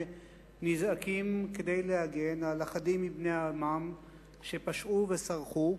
נזעקים כדי להגן על אחדים מבני עמם שפשעו וסרחו.